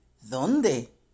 dónde